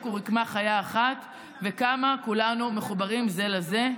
הוא רקמה חיה אחת וכמה כולנו מחוברים זה לזה,